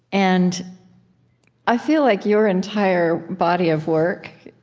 and i feel like your entire body of work,